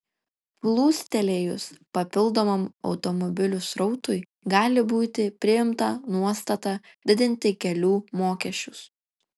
plūstelėjus papildomam automobilių srautui gali būti priimta nuostata didinti kelių mokesčius